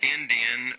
Indian